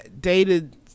dated